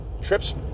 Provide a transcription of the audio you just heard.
trips